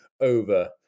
over